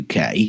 UK